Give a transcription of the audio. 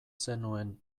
zenuen